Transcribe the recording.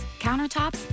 countertops